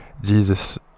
Jesus